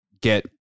get